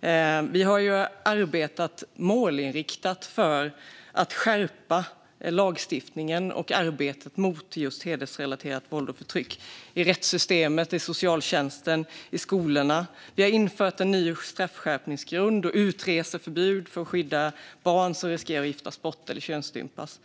det. Vi har arbetat målinriktat för att skärpa lagstiftningen och arbetet mot just hedersrelaterat våld och förtryck i rättssystemet, socialtjänsten och skolorna. Vi har infört en ny straffskärpningsgrund och utreseförbud för att skydda barn som riskerar att giftas bort eller könsstympas.